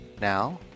Now